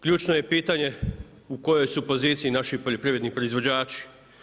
Ključno je pitanje u kojoj su poziciji naši poljoprivredni proizvođači.